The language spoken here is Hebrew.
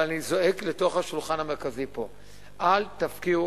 אבל אני זועק לתוך השולחן המרכזי פה: אל תפקירו